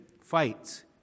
fights